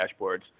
dashboards